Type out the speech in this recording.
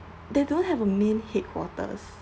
like they don't have a main headquarters